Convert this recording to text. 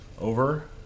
over